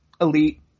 elite